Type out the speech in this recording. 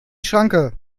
schranke